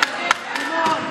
(חבר הכנסת סימון דוידסון יוצא מאולם המליאה.)